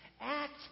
act